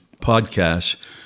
podcasts